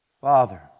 Father